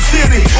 City